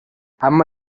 اما